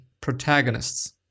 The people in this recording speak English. protagonists